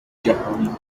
جهانی